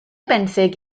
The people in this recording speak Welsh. benthyg